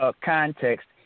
context